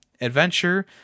adventure